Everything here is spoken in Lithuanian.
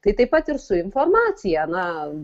tai taip pat ir su informacija na